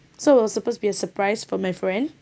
so it will supposed to be a surprise for my friend